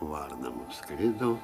varna nuskrido